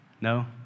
No